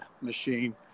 machine